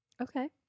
Okay